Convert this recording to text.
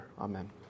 Amen